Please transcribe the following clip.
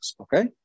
Okay